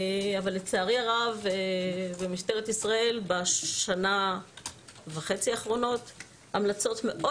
אבל לצערי הרב במשטרת ישראל בשנה וחצי האחרונות המלצות מאוד